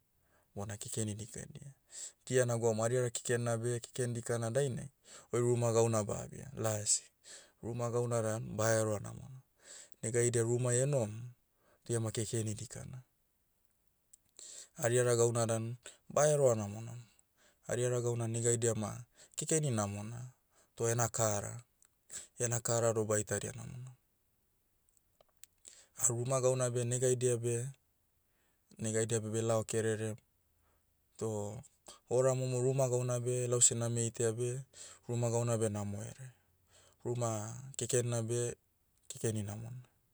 Bona kekeni dikadia. Dia nagwaum ariara keken na beh keken dikana dainai, oi ruma gauna ba abia. Lasi. Ruma gauna dan, baheroa namonam. Nega haida rumai enohom, toh iama kekeni dikana. Ariara gauna dan, baheroa namonamo. Ariara gauna negaidia ma, kekeni namona, toh ena kara. Iena kara doh baitadia namonamo. Ruma gauna beh negaidia beh- negaidia beh belao kererem, toh, hora momo ruma gauna beh lause name itaia beh, ruma gauna beh namoherea. Ruma, keken na beh, kekeni namona.